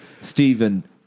Stephen